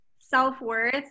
self-worth